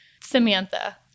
Samantha